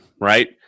right